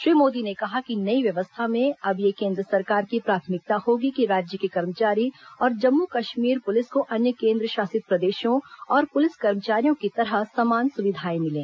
श्री मोदी ने कहा कि नयी व्यवस्था में अब यह केन्द्र सरकार की प्राथमिकता होगी कि राज्य के कर्मचारी और जम्मू कश्मीर पुलिस को अन्य केन्द्र शासित प्रदेशों और पुलिस कर्मचारियों की तरह समान सुविधाएं मिलें